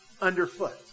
underfoot